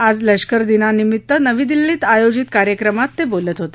आज लष्कर दिनानिमित्त नवी दिल्लीत आयोजित कार्यक्रमात ते बोलत होते